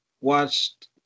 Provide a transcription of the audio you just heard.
watched